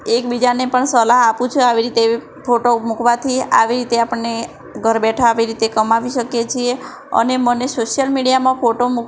એકબીજાને પણ સલાહ આપું છું આવી રીતે ફોટો મૂકવાથી આવી રીતે આપણને ઘર બેઠા આવી રીતે કમાવી શકીએ છીએ અને મને સોશ્યલ મીડિયામાં ફોટો મૂક